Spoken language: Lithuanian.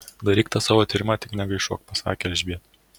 daryk tą savo tyrimą tik negaišuok pasakė elžbietai